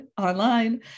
online